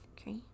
Okay